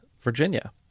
Virginia